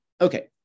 Okay